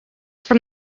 from